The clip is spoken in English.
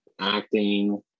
acting